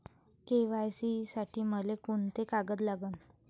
KYC साठी मले कोंते कागद लागन?